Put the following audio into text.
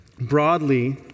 Broadly